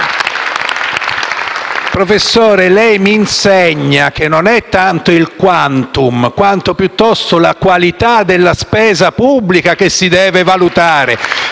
Professore, lei mi insegna che non è tanto il *quantum*, quanto piuttosto la qualità della spesa pubblica che si deve valutare.